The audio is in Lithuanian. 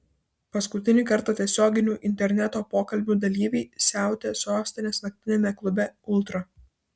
paskutinį kartą tiesioginių interneto pokalbių dalyviai siautė sostinės naktiniame klube ultra